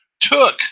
took